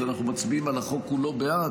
אז אנחנו מצביעים על החוק כולו בעד,